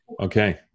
Okay